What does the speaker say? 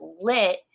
lit